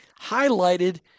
highlighted –